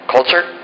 Culture